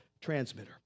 transmitter